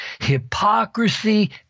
hypocrisy